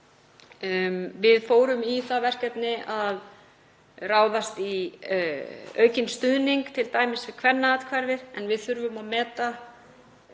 Við fórum í það verkefni að ráðast í aukinn stuðning við t.d. Kvennaathvarfið, en við þurfum að meta